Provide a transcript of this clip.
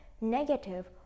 negative